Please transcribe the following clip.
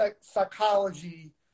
psychology